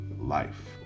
life